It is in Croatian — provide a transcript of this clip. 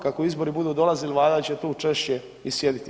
Kako izbori budu dolazili, valjda će tu češće i sjediti.